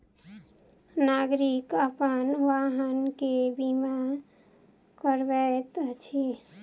नागरिक अपन वाहन के बीमा करबैत अछि